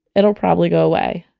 it'll probably go away.